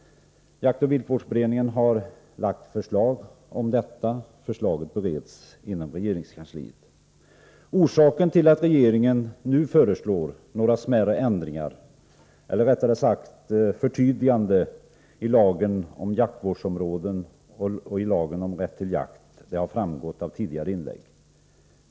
Jaktoch viltvårdsberedningen har lagt fram förslag om detta, och det förslaget bereds inom regeringskansliet. Orsaken till att regeringen nu föreslår några smärre ändringar, eller rättare sagt förtydliganden, i lagen om jaktvårdsområden och i lagen om rätt till jakt har framgått av tidigare inlägg.